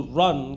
run